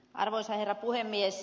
arvoisa herra puhemies